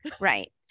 Right